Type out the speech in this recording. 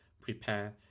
prepare